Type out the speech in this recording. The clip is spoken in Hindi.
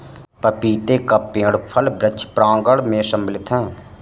पपीते का पेड़ फल वृक्ष प्रांगण मैं सम्मिलित है